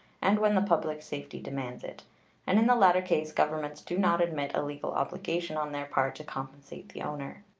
and when the public safety demands it and in the latter case governments do not admit a legal obligation on their part to compensate the owner.